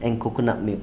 and coconut milk